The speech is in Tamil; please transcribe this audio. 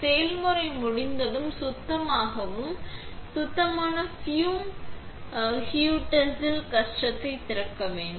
செயல்முறை முடிந்ததும் சுத்தமாகவும் சுத்தமான ஃபியூம் ஹூட்ஸில் கஷ்டத்தை திறக்க வேண்டும்